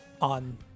on